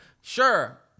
sure